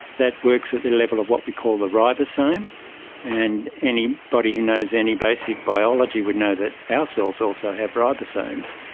that works at the level of what we call the ribosome, and anybody but who knows any basic biology would know that our cells also have ribosomes.